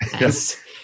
Yes